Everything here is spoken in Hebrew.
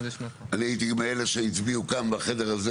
אני הייתי מאלה שהצביעו כאן בחדר הזה